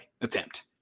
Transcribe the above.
attempt